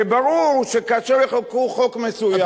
וברור שכאשר יחוקקו חוק מסוים,